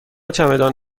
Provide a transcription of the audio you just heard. چمدان